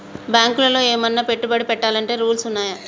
బ్యాంకులో ఏమన్నా పెట్టుబడి పెట్టాలంటే రూల్స్ ఉన్నయా?